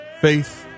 faith